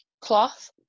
cloth